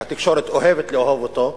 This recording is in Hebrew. שהתקשורת אוהבת לאהוב אותו,